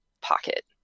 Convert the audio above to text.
pocket